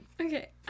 Okay